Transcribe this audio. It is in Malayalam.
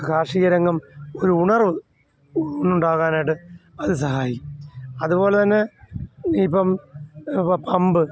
കാർഷിക രംഗം ഒരു ഉണർവ് ഉണ്ടാകാനായിട്ട് അത് സഹായിക്കും അതുപോലെ തന്നെ ഇപ്പം ഇപ്പം പമ്പ്